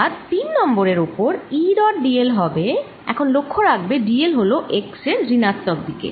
অর্থাৎ 3 নং এর ওপর E ডট d l হবে এখন লক্ষ্য রাখবে d l হলো x এর ঋণাত্মক দিকে